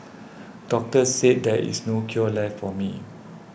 doctors said there is no cure left for me